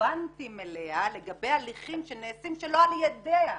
רלוונטיים אליה לגבי הליכים שנעשים שלא על ידיה,